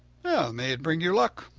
may it bring you luck!